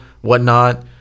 whatnot